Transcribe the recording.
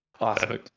awesome